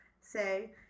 say